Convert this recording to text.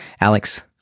Alex